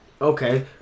okay